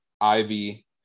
Ivy